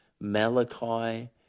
Malachi